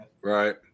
Right